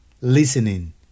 listening